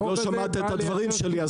אתה עוד לא שמעת את הדברים שלי,